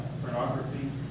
pornography